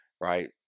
right